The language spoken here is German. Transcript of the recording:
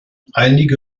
einige